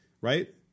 right